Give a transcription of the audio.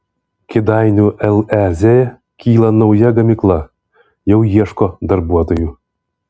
kėdainių lez kyla nauja gamykla jau ieško darbuotojų